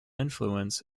influence